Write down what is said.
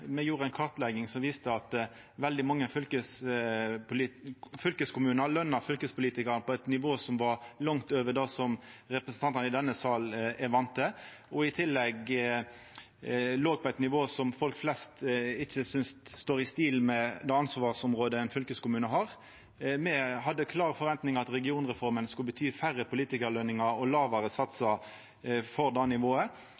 Me gjorde ei kartlegging som viste at veldig mange fylkeskommunar lønte fylkespolitikarar på eit nivå som var langt over det som representantane i denne sal er vande med og i tillegg låg løna på eit nivå som folk flest ikkje synest står i stil med det ansvarsområdet ein fylkeskommune har. Me hadde klare forventningar til at regionreforma skulle bety færre politikarløningar og